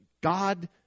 God